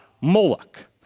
Moloch